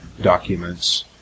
documents